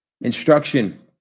Instruction